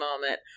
moment